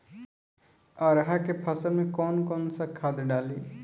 अरहा के फसल में कौन कौनसा खाद डाली?